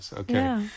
Okay